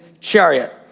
chariot